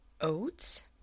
oats